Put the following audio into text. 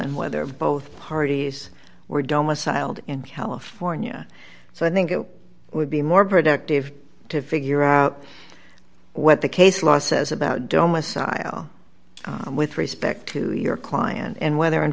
and whether both parties were doma silent in california so i think it would be more productive to figure out what the case law says about doma sile with respect to your client and whether in